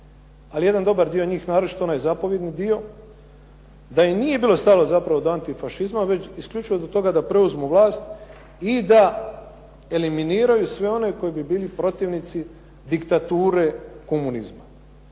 ali jedan dobar dio njih, naročito onaj zapovjedni dio, da im nije bilo stalo zapravo do antifašizma već isključivo do toga da preuzmu vlast i da eliminiraju sve one koji bi bili protivnici diktature komunizma.